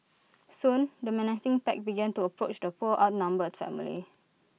soon the menacing pack began to approach the poor outnumbered family